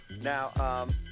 now